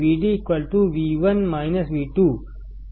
Vd V1 V2